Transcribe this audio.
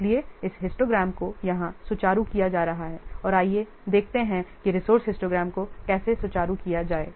इसलिए इस हिस्टोग्राम को यहाँ सुचारू किया जा रहा है और आइए देखते हैं कि रिसोर्स हिस्टोग्राम को कैसे सुचारू किया जाए